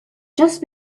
just